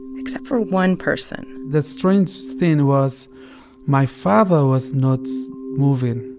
except for one person the strange thing was my father was not moving.